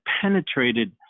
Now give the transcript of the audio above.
penetrated